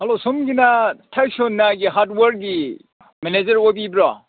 hello ꯁꯣꯝꯒꯤꯅ ꯊꯥꯔꯁꯣꯅꯥꯒꯤ ꯍꯥꯔꯠꯋꯦꯌꯥꯔꯒꯤ ꯃꯦꯅꯦꯖꯔ ꯑꯣꯏꯕꯤꯕ꯭ꯔꯣ